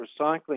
recycling